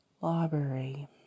library